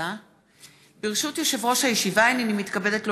ברשות יושב-ראש הישיבה, הינני מתכבדת להודיעכם,